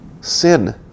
sin